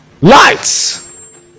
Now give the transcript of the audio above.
Lights